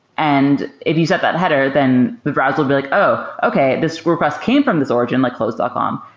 and if you set that header, then the browser will be like, oh! okay. this request came from this origin like clothes dot com.